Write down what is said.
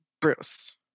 Bruce